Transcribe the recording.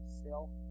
self